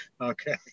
Okay